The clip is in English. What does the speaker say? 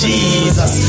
Jesus